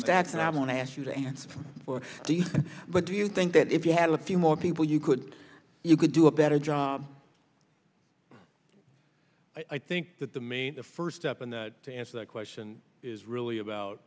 tax and i want to ask you to answer for you but do you think that if you had a few more people you could you could do a better job i think that the main the first step and to answer that question is really about